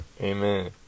Amen